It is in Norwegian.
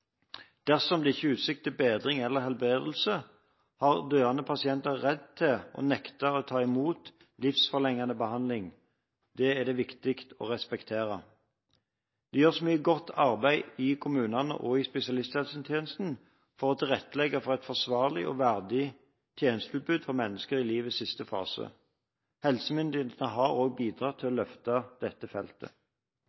Dersom det ikke er utsikt til bedring eller helbredelse, har døende pasienter rett til å nekte å ta imot livsforlengende behandling. Det er det viktig å respektere. Det gjøres mye godt arbeid i kommunene og i spesialisthelsetjenesten for å tilrettelegge for et forsvarlig og verdig tjenestetilbud for mennesker i livets siste fase. Helsemyndighetene har også bidratt til å